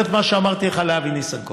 את מה שאמרתי לך אני אומר לאבי ניסנקורן.